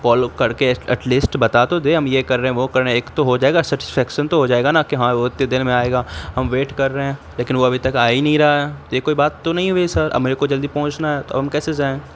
کال کر کے at least بتا تو دے ہم یہ کر رہے ہیں وہ کر رہے ہیں ایک تو ہو جائے گا سٹیسفیکشن تو ہو جائے گا نا کہ ہاں وہ اتے دیر میں آئے گا ہم ویٹ کر رہے ہیں لیکن وہ ابھی تک آ ہی نہیں رہا ہے تو یہ کوئی بات تو نہیں ہوئی سر اب میرے کو جلدی پہنچنا ہے تو اب ہم کیسے جائیں